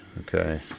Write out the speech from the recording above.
Okay